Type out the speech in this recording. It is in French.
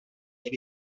elle